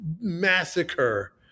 massacre